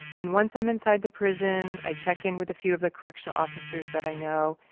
and once i'm inside the prison, i check in with a few of the correctional officers that i know,